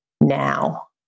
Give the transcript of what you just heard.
now